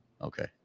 Okay